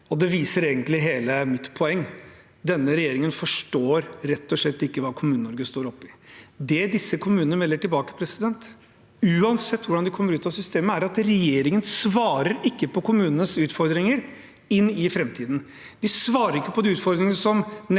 og det viser egentlig hele mitt poeng: Denne regjeringen forstår rett og slett ikke hva Kommune-Norge står oppe i. Det disse kommunene melder tilbake, uansett hvordan de kommer ut av systemet, er at regjeringen ikke svarer på kommunenes utfordringer inn i framtiden. De svarer ikke på de utfordringene som